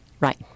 Right